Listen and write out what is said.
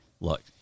look